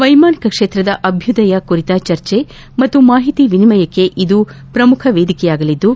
ವೈಮಾನಿಕ ಕ್ಷೇತ್ರದ ಅಭ್ಯದಯ ಕುರಿತ ಚರ್ಚೆ ಮತ್ತು ಮಾಹಿತಿ ವಿನಿಮಯಕ್ಕೆ ಇದು ಶ್ರಮುಖ ವೇದಿಕೆಯಾಗಲಿದ್ದು